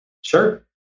Sure